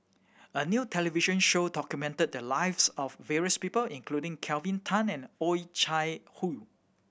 a new television show documented the lives of various people including Kelvin Tan and Oh Chai Hoo